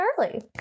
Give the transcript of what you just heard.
early